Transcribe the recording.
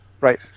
Right